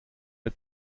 der